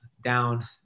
down